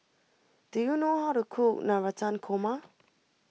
do you know how to cook Navratan Korma